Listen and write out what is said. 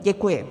Děkuji.